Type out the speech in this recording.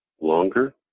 longer